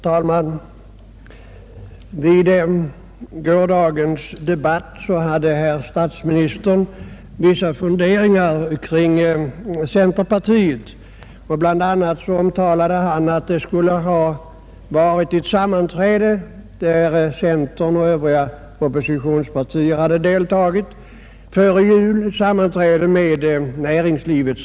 Herr talman! Under gårdagens debatt framförde herr statsministern vissa funderingar kring centerpartiet. Bl. a. omtalade han att det före jul skulle ha hållits ett sammanträde med företrädare för centern och de Övriga oOppositionspartierna samt representanter för näringslivet.